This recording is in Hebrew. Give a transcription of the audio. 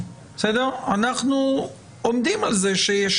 אנחנו עומדים על זה שיש